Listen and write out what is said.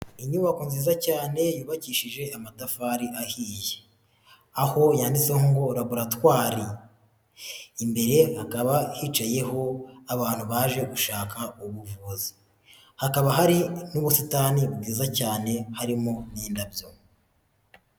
Inyubako nziza cyane yubakishije amatafari ahiye, aho yanditseho ngo raboratwari, imbere hakaba hicayeho abantu baje gushaka ubuvuzi, hakaba hari n'ubusitani bwiza cyane harimo n'indabyo.